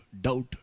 doubt